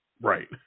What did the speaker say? right